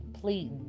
please